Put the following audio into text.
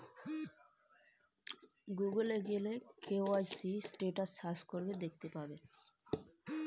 কিভাবে আমি KYC status দেখতে পারবো?